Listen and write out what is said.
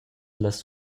las